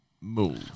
move